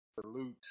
salute